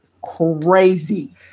crazy